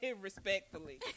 Respectfully